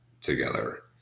together